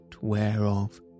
whereof